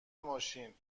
ماشین